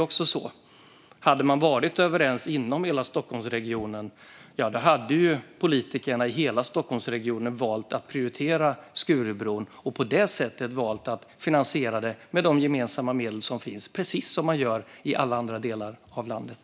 Om man hade varit överens inom hela Stockholmsregionen hade politikerna i hela Stockholmsregionen också valt att prioritera Skurubron och på det sättet finansierat detta med de gemensamma medel som finns, precis som man gör i alla andra delar av landet.